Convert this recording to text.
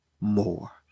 more